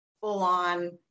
full-on